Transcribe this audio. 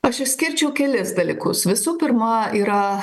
aš išskirčiau kelis dalykus visų pirma yra